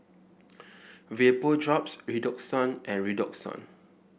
Vapodrops Redoxon and Redoxon